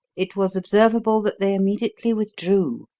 it was observable that they immediately withdrew,